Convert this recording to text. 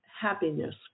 happiness